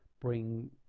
bring